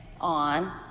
on